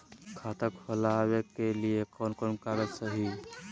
खाता खोलाबे के लिए कौन कौन कागज चाही?